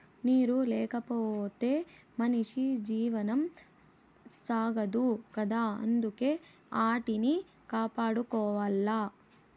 నీరు లేకపోతె మనిషి జీవనం సాగదు కదా అందుకే ఆటిని కాపాడుకోవాల